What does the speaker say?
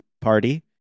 party